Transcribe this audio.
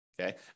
Okay